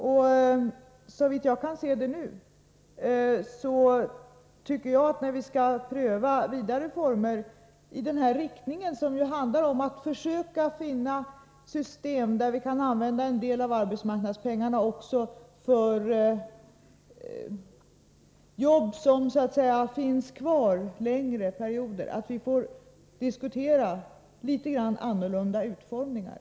När vi skall pröva ytterligare verksamhet i den här riktningen, som ju handlar om att försöka finna system där en del av arbetsmarknadspengarna också kan användas för jobb som så att säga finns kvar längre perioder, så tycker jag — såvitt jag kan se nu — att vi får diskutera något annorlunda utformningar.